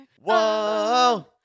Whoa